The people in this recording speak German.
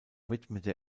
widmete